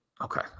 okay